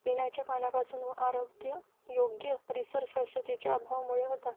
पिण्याच्या पाण्यापासून व आरोग्य योग्य परिसर स्वचतेच्या अभावामुळे होतात